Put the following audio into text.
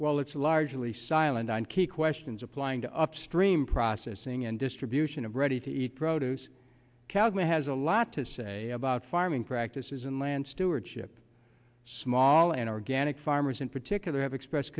while it's largely silent on key questions applying to upstream processing and distribution of ready to eat produce calgary has a lot to say about farming practices and land stewardship small and organic farmers in particular have expressed